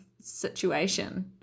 situation